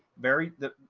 very the,